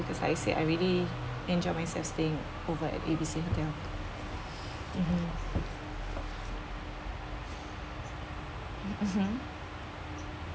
because I say I really enjoyed myself staying over A B C hotel mmhmm mmhmm